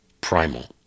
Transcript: primal